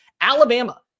Alabama